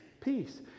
Peace